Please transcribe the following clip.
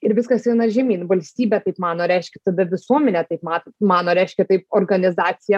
ir viskas eina žemyn valstybė taip mano reiškia tada visuomenė taip mato mano reiškia taip organizacija